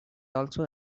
also